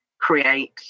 create